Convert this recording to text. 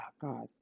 God